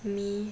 me